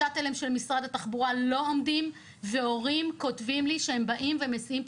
השאטלים של משרד התחבורה לא עומדים בעומס והורים כותבים לי שהם מסיעים את